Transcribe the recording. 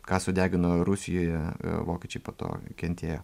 ką sudegino rusijoje vokiečiai po to kentėjo